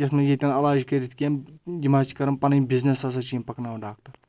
یَتھ منٛز ییٚتؠن علاج کٔرِتھ کینٛہہ یِم حظ چھِ کَرَان پَنٕنۍ بِزنس ہَسا چھِ یِم پَکناوُن ڈاکٹر